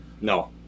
No